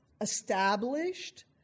established